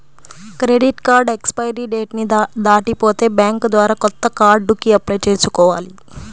credit card expiry date ని దాటిపోతే bank ద్వారా కొత్త కార్డుకి అప్లై చేసుకోవాలి